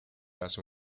hace